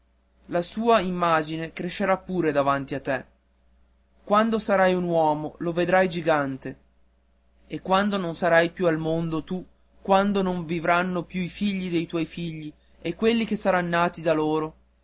la sua immagine crescerà pure davanti a te quando sarai un uomo lo vedrai gigante e quando non sarai più al mondo tu quando non vivranno più i figli dei tuoi figli e quelli che saran nati da loro